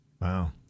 Wow